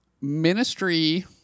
Ministry